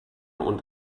und